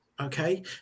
okay